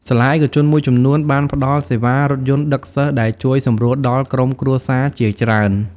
សាលាឯកជនមួយចំនួនបានផ្តល់សេវារថយន្តដឹកសិស្សដែលជួយសម្រួលដល់ក្រុមគ្រួសារជាច្រើន។